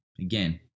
Again